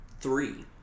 three